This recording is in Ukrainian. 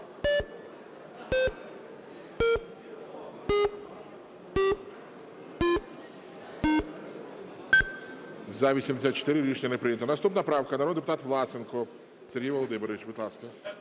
За-84 Рішення не прийнято. Наступна правка. Народний депутат Власенко Сергій Володимирович, будь ласка.